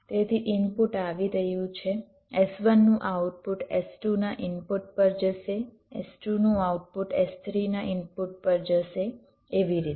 તેથી ઇનપુટ આવી રહ્યું છે S1 નું આઉટપુટ S2 ના ઇનપુટ પર જશે S2 નું આઉટપુટ S3 ના ઇનપુટ પર જશે એવી રીતે